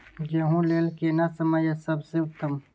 गेहूँ लेल केना समय सबसे उत्तम?